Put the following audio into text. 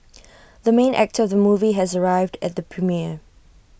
the main actor of the movie has arrived at the premiere